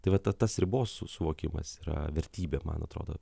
tai va ta tas ribos suvokimas yra vertybė man atrodo